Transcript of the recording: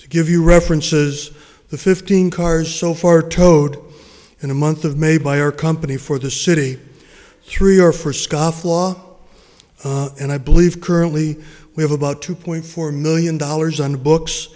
to give you references the fifteen cars so far towed in the month of may by our company for the city three or for scofflaw and i believe currently we have about two point four million dollars on the books